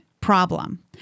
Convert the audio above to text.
problem